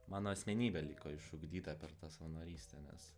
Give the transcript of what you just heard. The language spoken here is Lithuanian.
mano asmenybė liko išugdyta per tą savanorystę nes